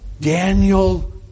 Daniel